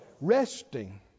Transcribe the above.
Resting